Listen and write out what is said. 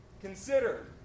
Consider